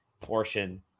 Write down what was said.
portion